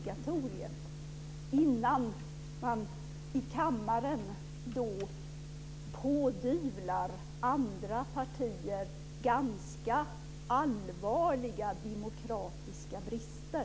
Denna information bör Gunnar Axén inhämta innan han i kammaren pådyvlar andra partier ganska allvarliga demokratiska brister.